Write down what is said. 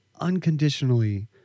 unconditionally